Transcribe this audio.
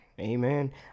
Amen